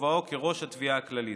בכובעו כראש התביעה הכללית.